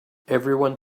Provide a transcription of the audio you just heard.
everyone